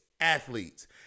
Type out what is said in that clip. athletes